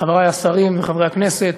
חברי השרים וחברי הכנסת,